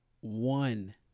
One